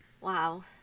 Wow